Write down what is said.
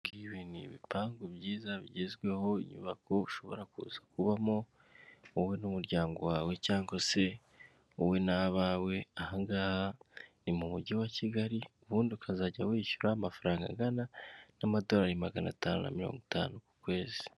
Ni ibipangu byiza bigezweho inyubako ushobora kuza kubamo wowe n'umuryango wawe cyangwa se wowe'abawehangaha ni mu mujyi wa kigali ubundi ukazajya wishyura amafaranga angana n'amadorari magana atanu na mirongo itanu ku kwezi.